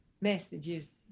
messages